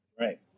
Right